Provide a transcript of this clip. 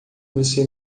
você